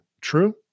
True